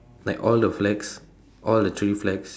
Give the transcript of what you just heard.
like all the flags all the three flags